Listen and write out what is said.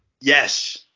yes